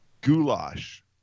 Goulash